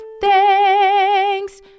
thanks